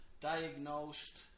diagnosed